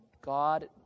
God